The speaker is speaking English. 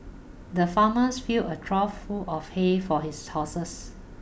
the farmer filled a trough full of hay for his horses